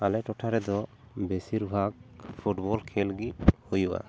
ᱟᱞᱮ ᱴᱚᱴᱷᱟ ᱨᱮᱫᱚ ᱵᱮᱥᱤᱨ ᱵᱷᱟᱜᱽ ᱯᱷᱩᱴᱵᱚᱞ ᱠᱷᱮᱞ ᱜᱮ ᱦᱩᱭᱩᱜᱼᱟ